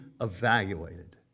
evaluated